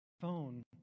phone